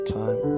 time